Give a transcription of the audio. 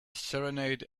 serenade